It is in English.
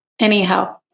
Anyhow